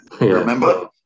Remember